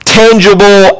tangible